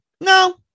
No